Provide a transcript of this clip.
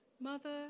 Mother